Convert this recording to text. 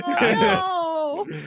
no